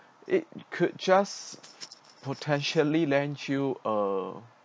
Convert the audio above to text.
it could just potentially lend you a